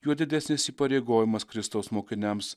juo didesnis įpareigojimas kristaus mokiniams